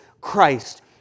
Christ